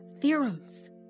theorems